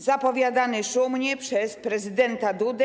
Zapowiadany był szumnie przez prezydenta Dudę.